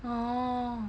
oh